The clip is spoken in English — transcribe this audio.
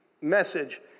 message